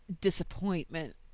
disappointment